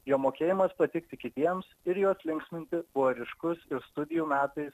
jo mokėjimas patikti kitiems ir juos linksminti buvo ryškus ir studijų metais